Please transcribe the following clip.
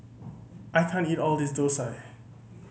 I can't eat all of this dosa